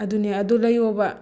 ꯑꯗꯨꯅꯦ ꯑꯗꯨ ꯂꯩꯌꯣꯕ